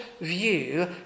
view